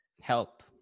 help